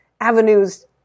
avenues